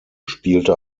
spielte